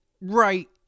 Right